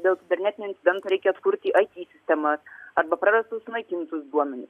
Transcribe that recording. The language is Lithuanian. dėl kibernetinių incidentų reikia atkurti it sistemas arba prarastus sunaikintus duomenis